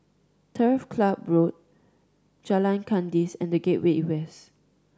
Turf Club Road Jalan Kandis and The Gateway West